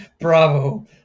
Bravo